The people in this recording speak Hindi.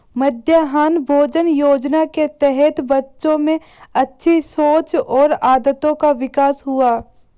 मध्याह्न भोजन योजना के तहत बच्चों में अच्छी सोच और आदतों का विकास हुआ